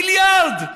מיליארד,